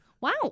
wow